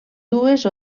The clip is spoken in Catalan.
dues